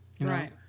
right